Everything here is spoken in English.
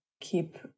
keep